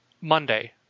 Monday